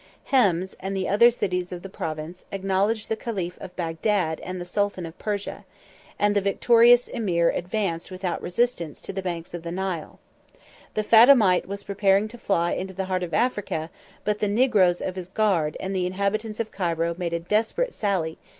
hems, and the other cities of the province, acknowledged the caliph of bagdad and the sultan of persia and the victorious emir advanced without resistance to the banks of the nile the fatimite was preparing to fly into the heart of africa but the negroes of his guard and the inhabitants of cairo made a desperate sally,